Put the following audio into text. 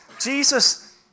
Jesus